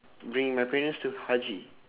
bring my parent to haji